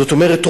זאת אומרת,